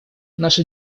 наша